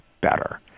better